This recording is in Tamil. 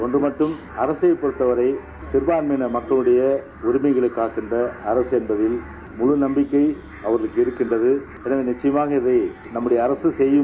ஒன்று மட்டும் அரசை பொறுத்தவரை சிறுபான்மையின மக்களுடைய உரிமைகளை காக்கின்ற அரசு என்ற முழு நம்பிக்கை அவர்களுக்கு இருக்கின்றது எனவே நிச்சயமாக இதை அரசு செப்யும்